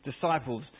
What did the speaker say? disciples